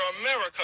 America